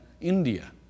India